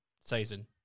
season